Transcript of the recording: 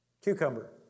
cucumber